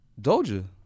Doja